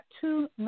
two